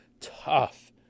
tough